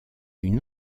une